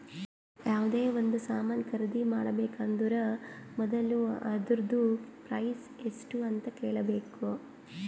ಯಾವ್ದೇ ಒಂದ್ ಸಾಮಾನ್ ಖರ್ದಿ ಮಾಡ್ಬೇಕ ಅಂದುರ್ ಮೊದುಲ ಅದೂರ್ದು ಪ್ರೈಸ್ ಎಸ್ಟ್ ಅಂತ್ ಕೇಳಬೇಕ